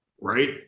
right